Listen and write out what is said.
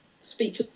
speak